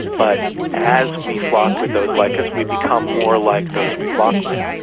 but as we flock with those like us we become more like those we flock with.